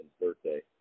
birthday